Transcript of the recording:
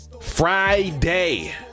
Friday